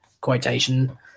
quotation